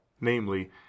namely